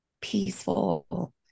peaceful